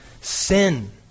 sin